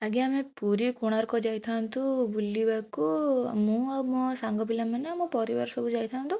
ଆଜ୍ଞା ଆମେ ପୁରୀ କୋଣାର୍କ ଯାଇଥାନ୍ତୁ ବୁଲିବାକୁ ମୁଁ ଆଉ ମୋ ସାଙ୍ଗ ପିଲାମାନେ ମୋ ପରିବାର ସବୁ ଯାଇଥାନ୍ତୁ